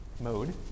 mode